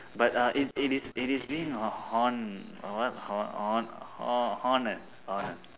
but uh it it is it is being a hon~ a what hon~ hon~ ho~ honoured honoured